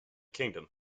kingdom